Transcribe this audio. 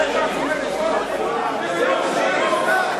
תחזרי לרוסיה.